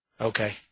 Okay